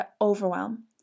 overwhelm